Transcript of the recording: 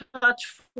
touch